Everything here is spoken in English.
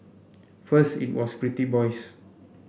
first it was pretty boys